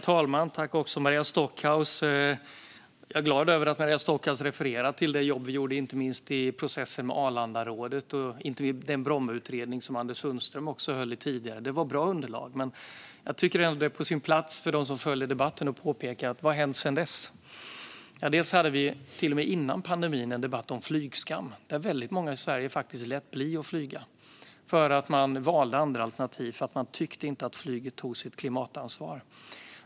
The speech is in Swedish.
Herr talman! Jag är glad över att Maria Stockhaus refererar till det jobb som vi gjorde i processen med Arlandarådet och också den Brommautredning som Anders Sundström höll i tidigare. Det var bra underlag, men för dem som följer debatten tycker jag ändå att det är på sin plats att ställa frågan vad som har hänt sedan dess. Till och med före pandemin hade vi en debatt om flygskam. Väldigt många i Sverige lät faktiskt bli att flyga och valde andra alternativ, för man tyckte inte att flyget tog sitt klimatansvar.